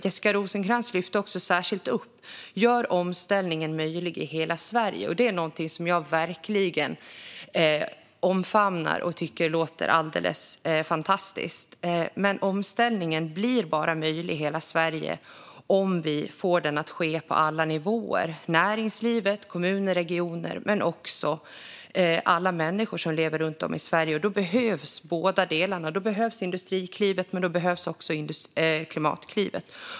Jessica Rosencrantz lyfte särskilt upp att omställningen behöver göras möjlig i hela Sverige, och det är någonting som jag verkligen omfamnar och tycker låter alldeles fantastiskt. Men omställningen blir bara möjlig i hela Sverige om vi får den att ske på alla nivåer - i näringslivet, i kommuner och regioner och hos alla människor som bor runt om i Sverige. Då behövs båda delarna. Då behövs Industriklivet men också Klimatklivet.